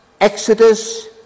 Exodus